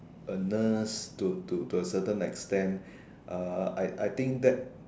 a nurse to to to a certain extent uh I I think that